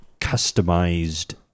customized